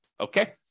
Okay